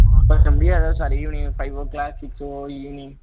ஆ sir இப்போ முடியாதுதான் sir evening five o'clock six ஓ ஈவினிங்